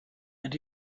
and